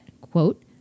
quote